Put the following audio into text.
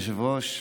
אדוני היושב-ראש,